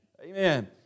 Amen